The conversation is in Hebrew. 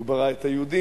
הוא ברא את היהודים,